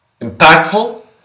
impactful